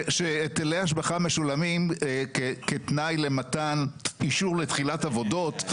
שהיטלי השבחה משולמים כתנאי למתן אישור לתחילת עבודות,